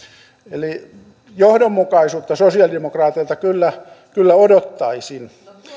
eli johdonmukaisuutta sosialidemokraateilta kyllä kyllä odottaisin